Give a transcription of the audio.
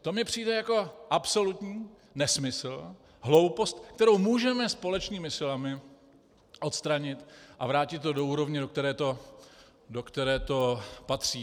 To mi přijde jako absolutní nesmysl, hloupost, kterou můžeme společnými silami odstranit a vrátit to do úrovně, do které to patří.